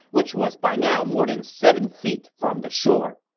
which was by now more than seven feet from the shore.